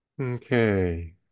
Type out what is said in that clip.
okay